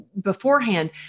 beforehand